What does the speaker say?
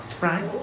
Right